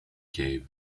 cave